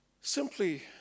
simply